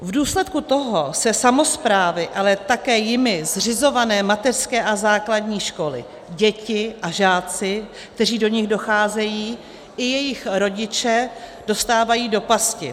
V důsledku toho se samosprávy, ale také jimi zřizované mateřské a základní školy, děti a žáci, kteří do nich docházejí, i jejich rodiče dostávají do pasti.